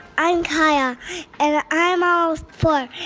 i'm kya and i'm almost four.